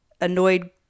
Annoyed